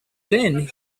then